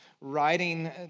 writing